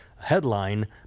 Headline